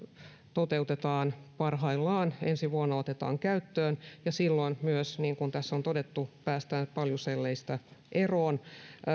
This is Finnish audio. toteutetaan parhaillaan ensi vuonna otetaan käyttöön ja silloin myös niin kuin tässä on todettu päästään paljuselleistä eroon